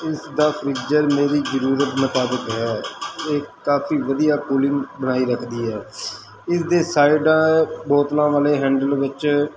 ਇਸ ਦਾ ਫਰੀਜਰ ਮੇਰੀ ਜ਼ਰੂਰਤ ਮੁਤਾਬਿਕ ਹੈ ਇਹ ਕਾਫ਼ੀ ਵਧੀਆ ਕੂਲਿੰਗ ਬਣਾਈ ਰੱਖਦੀ ਹੈ ਇਸਦੇ ਸਾਈਡ ਬੋਤਲਾਂ ਵਾਲੇ ਹੈਂਡਲ ਵਿੱਚ